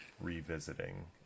revisiting